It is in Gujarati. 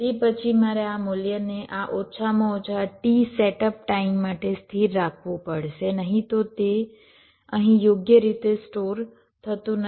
તે પછી મારે આ મૂલ્યને આ ઓછામાં ઓછા t સેટઅપ ટાઇમ માટે સ્થિર રાખવું પડશે નહીં તો તે અહીં યોગ્ય રીતે સ્ટોર થતું નથી